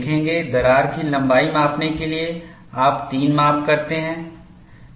दरार की लंबाई मापने के लिए आप 3 माप करते हैं